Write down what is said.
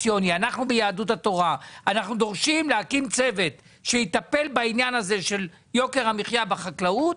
אנחנו דורשים להקים צוות שיטפל בעניין של יוקר המחייה בחקלאות,